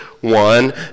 One